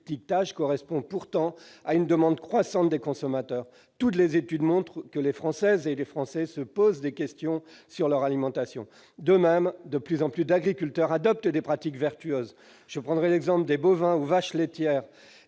correspond pourtant à une demande croissante des consommateurs : toutes les études montrent que les Françaises et les Français se posent des questions sur leur alimentation. De même, de plus en plus d'agriculteurs adoptent des pratiques vertueuses, par exemple en ce qui concerne les bovins ou les vaches laitières